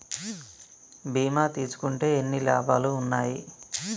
బీమా తీసుకుంటే ఎన్ని లాభాలు ఉన్నాయి?